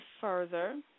further